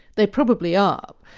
they probably are.